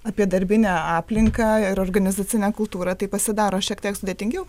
apie darbinę aplinką ir organizacinę kultūrą tai pasidaro šiek tiek sudėtingiau